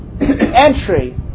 ...entry